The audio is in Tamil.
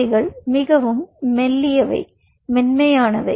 அவைகள் மிகவும் மெல்லியவை